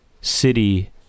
City